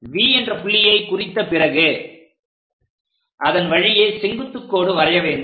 V என்ற புள்ளியை குறித்த பிறகு அதன் வழியே செங்குத்து கோடு வரைய வேண்டும்